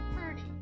Purdy